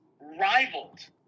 rivaled